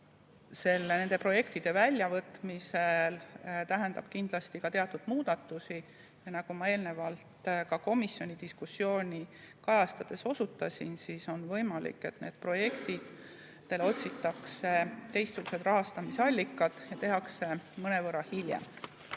anda. Nende projektide väljavõtmine tähendab kindlasti ka teatud muudatusi. Nagu ma eelnevalt ka komisjoni diskussiooni kajastades osutasin, siis on võimalik, et nendele projektidele otsitakse teistsugused rahastamisallikad ja nad tehakse mõnevõrra hiljem.